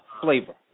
flavor